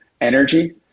energy